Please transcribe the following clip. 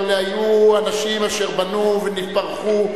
אבל היו אנשים אשר בנו ונתברכו,